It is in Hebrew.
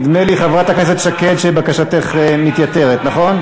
נדמה לי, חברת הכנסת שקד, שבקשתך מתייתרת, נכון?